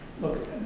Look